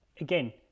again